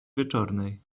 wieczornej